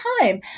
time